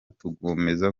tugakomeza